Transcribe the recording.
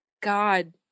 god